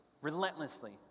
relentlessly